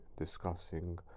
discussing